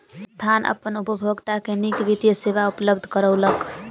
संस्थान अपन उपभोगता के नीक वित्तीय सेवा उपलब्ध करौलक